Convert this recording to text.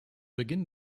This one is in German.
beginn